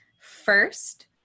First